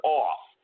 off